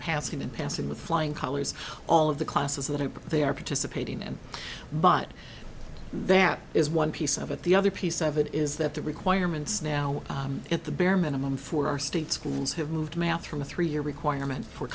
passing and passing with flying colors all of the classes that they are participating and but that is one piece of it the other piece of it is that the requirements now at the bare minimum for our state schools have moved math from a three year requirement for